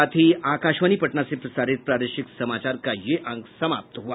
इसके साथ ही आकाशवाणी पटना से प्रसारित प्रादेशिक समाचार का ये अंक समाप्त हुआ